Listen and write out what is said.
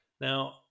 Now